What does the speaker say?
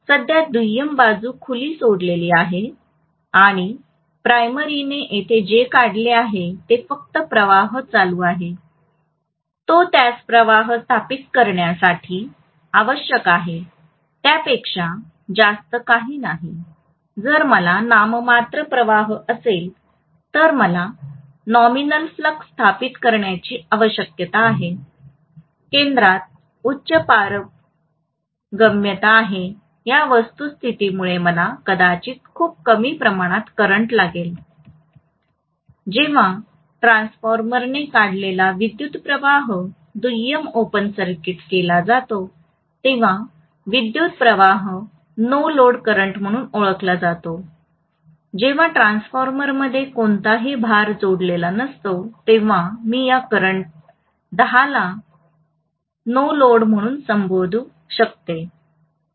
सध्या दुय्यम बाजू खुली सोडलेली आहे आणि प्राइमरीने येथे जे काढले आहे ते फक्त प्रवाह चालू आहे जो त्यास प्रवाह स्थापित करण्यासाठी आवश्यक आहे त्यापेक्षा जास्त काही नाही जर मला नाममात्र प्रवाह असेल तर मला nominal flux स्थापित करण्याची आवश्यकता आहे केंद्रात उच्च पारगम्यता आहे या वस्तुस्थितीमुळे मला कदाचित खूप कमी प्रमाणात करंट लागेल जेव्हा ट्रान्सफॉर्मरने काढलेला विद्युतप्रवाह दुय्यम ओपन सर्किट केला जातो तेव्हा विद्युत् प्रवाह नो लोड करंट म्हणून ओळखला जातो जेव्हा ट्रान्सफॉर्मरमध्ये कोणतेही भार जोडलेले नसते तेव्हा मी या करंट I0 ला नो लोड म्हणून संबोधू शकते